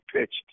pitched